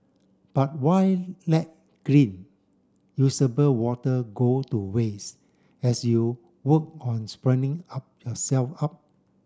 but why let clean usable water go to waste as you work on up yourself up